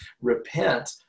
repent